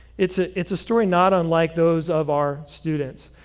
it's ah it's a story not unlike those of our students.